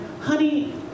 honey